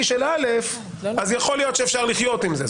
של (א) יכול להיות שאפשר לחיות עם זה.